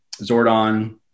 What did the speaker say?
Zordon